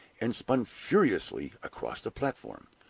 and spun furiously across the platform.